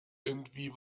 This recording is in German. irgendwie